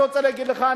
אני רוצה להגיד לך,